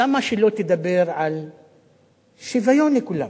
למה שלא תדבר על שוויון לכולם,